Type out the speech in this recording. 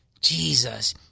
Jesus